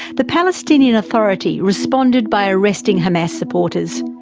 the palestinian authority responded by arresting hamas supporters.